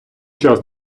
час